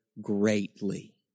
greatly